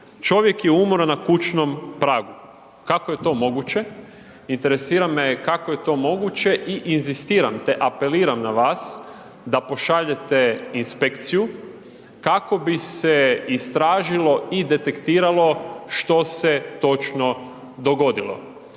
Čovjek je umro na kućnom pragu. Kako je to moguće? Interesira me kako je to moguće i inzistiram te apeliram na vas da pošaljete inspekciju kako bi se istražilo i detektiralo što se točno dogodilo.